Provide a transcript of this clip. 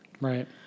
Right